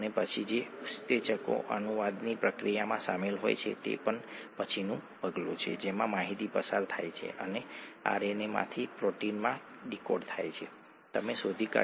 અને તમે ઇલેક્ટ્રોન પરિવહન ફોસ્ફોરાયલેશન વિશે થોડી વધુ માહિતી મેળવવા માટે આ 2 વિડિઓઝ જોઈ શકો છો ઠીક છે